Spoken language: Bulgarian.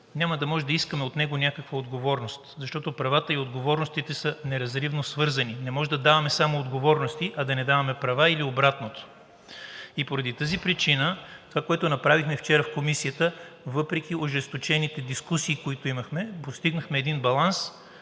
няма да може да искаме от него някаква отговорност, защото правата и отговорностите са неразривно свързани. Не може да даваме само отговорности, а да не даваме права или обратното. Поради тази причина това, което направихме вчера в Комисията, въпреки ожесточените дискусии, които имахме, постигнахме един баланс,